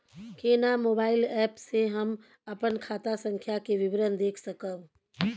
केना mobile app से हम अपन खाता संख्या के विवरण देख सकब?